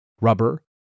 rubber